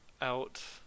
out